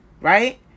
Right